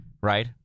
right